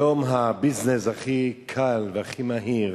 היום הביזנס הכי קל והכי מהיר